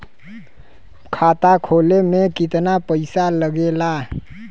खाता खोले में कितना पईसा लगेला?